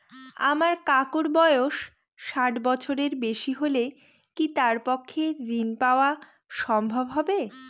আমার কাকুর বয়স ষাট বছরের বেশি হলে কি তার পক্ষে ঋণ পাওয়া সম্ভব হবে?